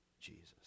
jesus